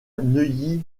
neuilly